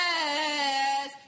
Yes